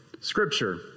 Scripture